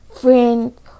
friend